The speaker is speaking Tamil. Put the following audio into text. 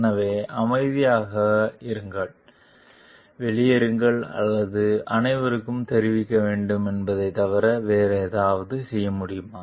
எனவே அமைதியாக இருங்கள்வெளியேறுங்கள் அல்லது அனைவருக்கும் தெரிவிக்க வேண்டும் என்பதைத் தவிர வேறு ஏதாவது செய்ய முடியுமா